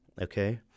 Okay